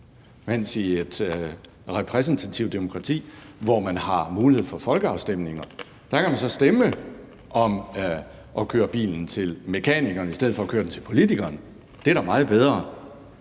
man i et repræsentativt demokrati, hvor man har mulighed for folkeafstemninger, så kan stemme om at køre bilen til mekanikeren i stedet for at køre den til politikeren. Det er da meget bedre.